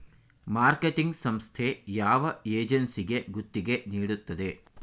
Marketing ಸಂಸ್ಥೆ ಯಾವ ಏಜೆನ್ಸಿಗೆ ಗುತ್ತಿಗೆ ನೀಡುತ್ತದೆ?